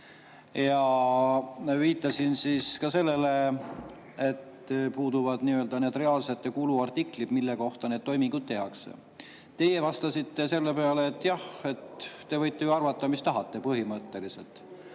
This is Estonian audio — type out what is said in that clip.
Ja viitasin ka sellele, et puuduvad reaalsed kuluartiklid, mille kohta need toimingud tehakse. Teie vastasite selle peale, et ma võin ju arvata, mida tahan, põhimõtteliselt.